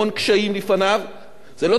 זאת לא תוכנית שפותרת את בעיותיו,